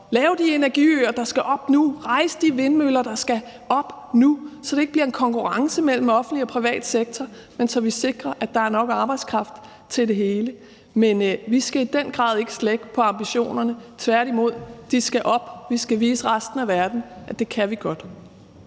lave de energiøer, der skal op nu, til at rejse de vindmøller, der skal op nu, så det ikke bliver en konkurrence mellem den offentlige og den private sektor, men så vi sikrer, at der er nok arbejdskraft til det hele. Vi skal i den grad ikke slække på ambitionerne, tværtimod skal de sættes op. Vi skal vise resten af verden, at det kan vi godt.